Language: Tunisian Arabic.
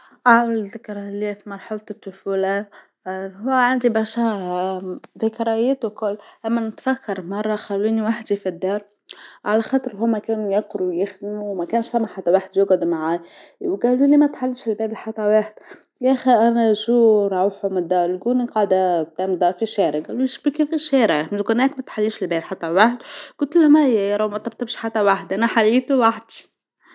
أول ذكرى اللى في مرحلة الطفولة هو عندي برشا ذكريات وكل اما نتفكر مرة خلوني وحدي في الدار على خاطر هوما كانوا يقرو ويخدمو وما كانش فما حتى حد واحد يقعد معاى، وقالولى متحليش الباب لحتى واحد، يا اخي انا شو روحوا من الدار نكون قاعدا تندا في الشارع قالولى شو بكا في الشارع مش قولنالك متحليش الباب لحتى واحد قولتلهم ماهى روعوا مطبطبش حتى واحد انا حيتو وحتشى.